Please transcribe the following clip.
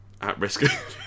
At-risk